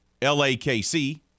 LAKC